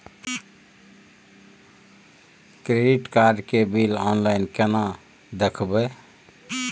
Credit card के bill online केना देखबय?